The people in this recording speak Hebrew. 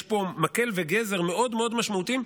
יש פה מקל וגזר מאוד מאוד משמעותיים,